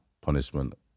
punishment